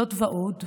זאת ועוד,